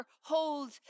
hold